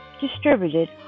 distributed